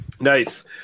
nice